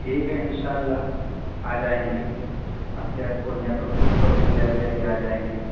ٹھیک ہے ان شاء اللہ آ جائیں گے آپ کے پورنیہ پبلک لائبریری آ جائیں گے